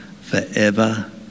forever